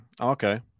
Okay